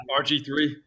RG3